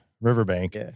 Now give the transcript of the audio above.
Riverbank